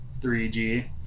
3G